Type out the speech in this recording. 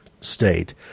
state